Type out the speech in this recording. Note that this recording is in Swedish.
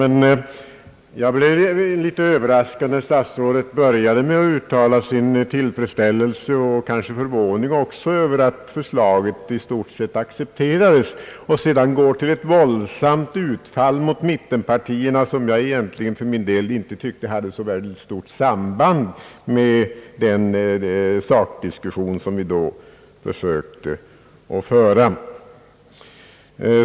Men jag blev litet överraskad när statsrådet började med att uttala sin tillfredsställelse och kanske också förvåning över att förslaget i stort sett accepterats och sedan gjorde ett våldsamt utfall mot mittenpartierna, vilket jag egentligen för min del tyckte inte hade så stort samband med den sakdiskussion som vi då sökte föra.